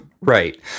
Right